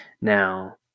Now